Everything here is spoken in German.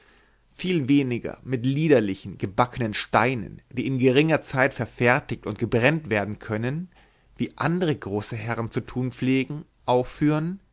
viel weniger mit liederlichen gebackenen steinen die in geringer zeit verfertigt und gebrennt werden können wie andere große herren zu tun pflegen aufführen